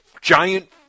giant